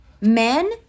Men